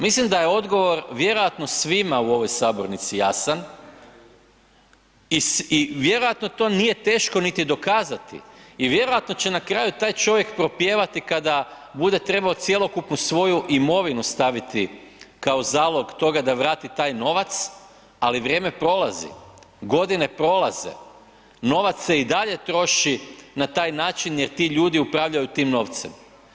Mislim da je odgovor vjerojatno svima u ovoj sabornici jasan i vjerojatno to nije teško niti dokazati i vjerojatno će na kraju taj čovjek propjevati kada bude trebao cjelokupnu svoju imovinu staviti kao zalog toga da vrati taj novac, ali vrijeme prolazi, godine prolazi, novac se i dalje troši na taj način jer ti ljudi upravljaju tim novcem.